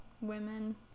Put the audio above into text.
women